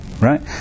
right